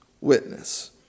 witness